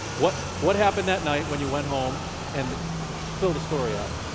what what happened that night when you went home and fill the story out.